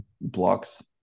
blocks